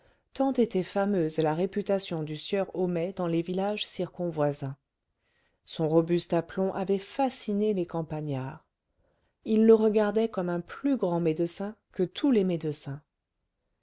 tant était fameuse la réputation du sieur homais dans les villages circonvoisins son robuste aplomb avait fasciné les campagnards ils le regardaient comme un plus grand médecin que tous les médecins